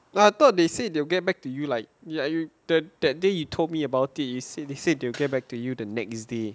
but I thought they said they will get back to you like are you that that day you told me about it you said they said they will get back to you the next day